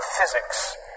physics